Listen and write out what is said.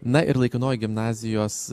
na ir laikinoji gimnazijos